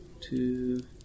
Two